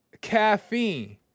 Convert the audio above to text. Caffeine